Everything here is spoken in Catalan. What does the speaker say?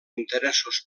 interessos